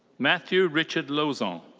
matthew richard lauzon.